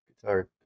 Guitar